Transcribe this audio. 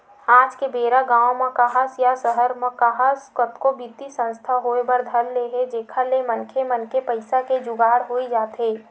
आज के बेरा गाँव म काहस या सहर म काहस कतको बित्तीय संस्था होय बर धर ले हे जेखर ले मनखे मन के पइसा के जुगाड़ होई जाथे